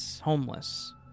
homeless